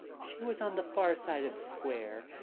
she was on the far side of the square,